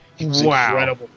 Wow